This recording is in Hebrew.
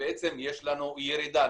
יש לנו ירידה.